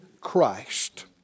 Christ